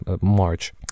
march